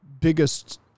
biggest